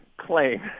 claim